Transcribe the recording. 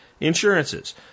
insurances